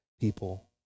people